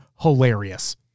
hilarious